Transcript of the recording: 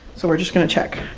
so we're just going to check